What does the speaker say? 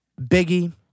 Biggie